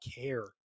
care